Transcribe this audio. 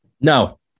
No